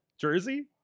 Jersey